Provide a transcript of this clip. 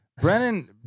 Brennan